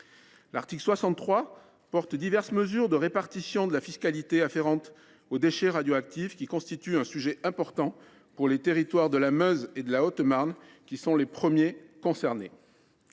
L’article 63 porte diverses mesures de répartition de la fiscalité afférente aux déchets radioactifs, un sujet important pour les territoires de la Meuse et de la Haute Marne, qui sont les premiers concernés.